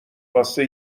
واسه